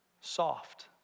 soft